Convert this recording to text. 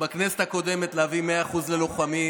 בכנסת הקודמת רצינו להביא 100% ללוחמים.